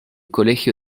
colegio